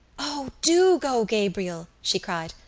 o, do go, gabriel, she cried.